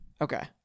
Okay